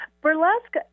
Burlesque